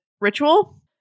ritual